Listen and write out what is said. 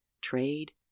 trade